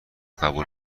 قبول